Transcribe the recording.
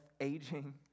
aging